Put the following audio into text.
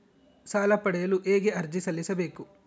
ಸಾಲ ಪಡೆಯಲು ಹೇಗೆ ಅರ್ಜಿ ಸಲ್ಲಿಸಬೇಕು?